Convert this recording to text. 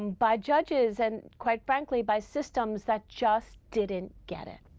and by judges and quite frankly by systems that just didn't get it.